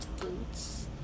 boots